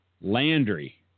Landry